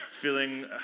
feeling